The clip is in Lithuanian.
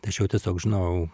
tačiau tiesiog žinau